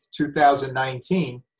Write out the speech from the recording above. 2019